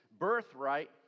Birthright